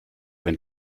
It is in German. wenn